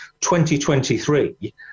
2023